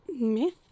myth